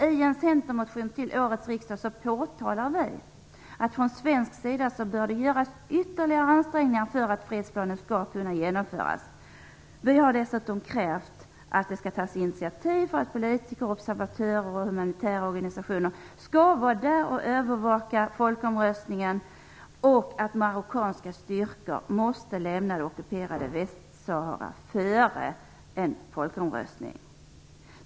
I en centermotion till årets riksdag påtalar vi att det från svensk sida bör göras ytterligare ansträngningar för att fredsplanen skall kunna genomföras. Vi har dessutom krävt att det skall tas initiativ för att politiker och observatörer från humanitära organisationer skall vara där och övervaka folkomröstningen och att marockanska styrkor måste lämna det ockuperade Västsahara före en folkomröstning.